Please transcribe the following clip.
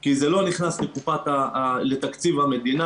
כי זה לא נכנס לתקציב המדינה.